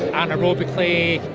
anaerobically,